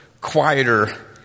quieter